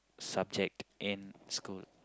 subject in school